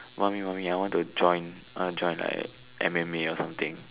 mummy mummy I want to join I want to join like M_M_A or something